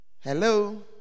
Hello